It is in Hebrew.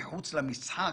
התייחסות.